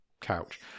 couch